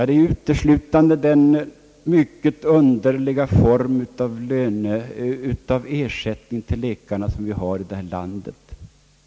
Det är uteslutande den mycket underliga form av ersättning till läkarna, som vi har här i landet.